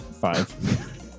Five